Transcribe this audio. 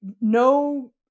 no